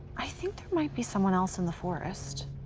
i think there might be someone else in the forest.